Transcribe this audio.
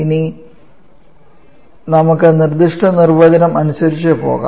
ഇനി നമുക്ക് നിർദ്ദിഷ്ട നിർവചനം അനുസരിച്ച് പോകാം